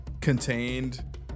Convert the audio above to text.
contained